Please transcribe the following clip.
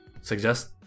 suggest